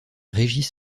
régis